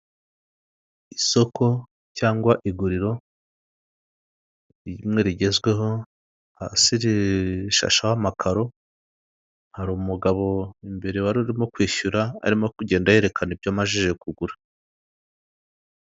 Isoko cyangwa iguriro rimwe rigezweho hasi rirerire rishasheho amakaro, hari umugabo imbere wari urimo kwishyura arimo kugenda yerekana ibyo amaze kugura.